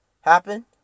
Happen